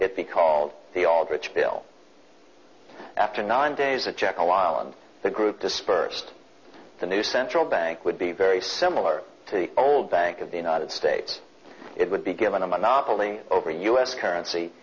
it be called the aldrich bill after nine days of jekyll island the group dispersed the new central bank would be very similar to the old bank of the united states it would be given a monopoly over u s currency